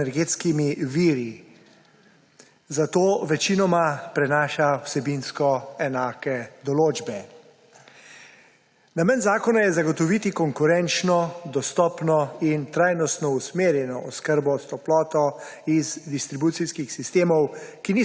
energetskimi viri, zato večinoma prenaša vsebinsko enake določbe. Namen zakona je zagotoviti konkurenčno, dostopno in trajnostno usmerjeno oskrbo s toploto iz distribucijskih sistemov,